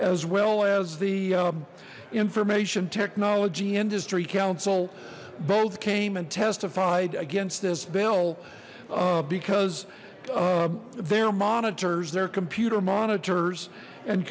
as well as the information technology industry council both came and testified against this bill because their monitors their computer monitors and